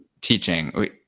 teaching